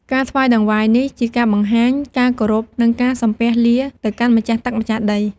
ការថ្វាយតង្វាយនេះជាការបង្ហាញការគោរព និងការសំពះលា ទៅកាន់ម្ចាស់ទឹកម្ចាស់ដី។